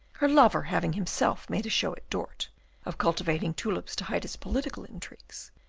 her lover having himself made a show at dort of cultivating tulips to hide his political intrigues,